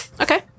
Okay